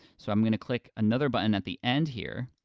so i'm gonna click another button at the end here,